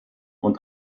und